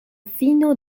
fino